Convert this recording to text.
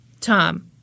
Tom